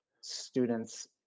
students